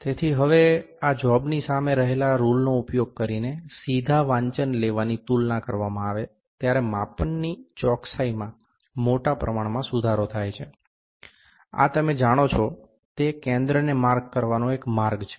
તેથી હવે આ જોબની સામે રહેલા રુલનો ઉપયોગ કરીને સીધા વાંચન લેવાની તુલના કરવામાં આવે ત્યારે માપનની ચોકસાઈમાં મોટા પ્રમાણમાં સુધારો થાય છે આ તમે જાણો છો તે કેન્દ્રને માર્ક કરવાનો એક માર્ગ છે